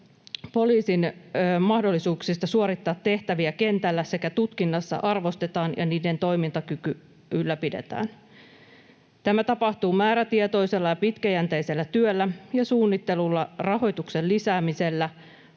poliisin mahdollisuuksia suorittaa tehtäviä kentällä sekä tutkinnassa arvostetaan ja niiden toimintakyky ylläpidetään. Tämä tapahtuu määrätietoisella ja pitkäjänteisellä työllä ja suunnittelulla, rahoituksen lisäämisellä,